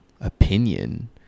opinion